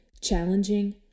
challenging